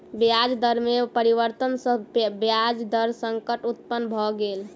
ब्याज दर में परिवर्तन सॅ ब्याज दर संकट उत्पन्न भ गेल